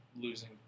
losing